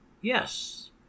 Yes